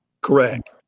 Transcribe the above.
correct